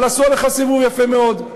אבל עשו עליך סיבוב יפה מאוד.